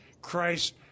Christ